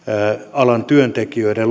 alan työntekijöiden